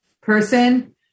person